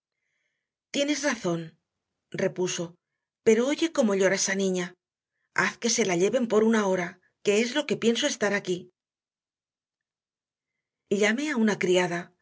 tienes razón repuso pero oye cómo llora esa niña haz que se la lleven por una hora que es lo que pienso estar aquí llamé a una criada